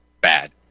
bad